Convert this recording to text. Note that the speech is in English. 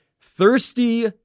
thirsty